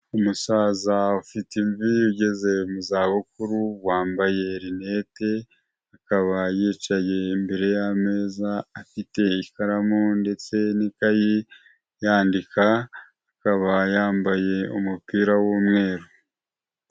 Umusaza afite imvi ugeze mu zabukuru wambaye rinete, akaba yicaye imbere y'ameza afite ikaramu ndetse n'ikayi yandika, akaba yambaye umupira w'umweru.